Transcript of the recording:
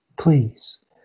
please